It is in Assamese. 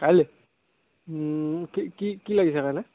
কাইলৈ কি কি কি লাগিছে কাইলৈ